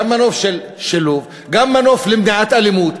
גם מנוף של שילוב, גם מנוף למניעת אלימות.